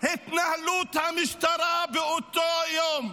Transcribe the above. המשטרה באותו יום,